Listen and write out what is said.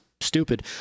stupid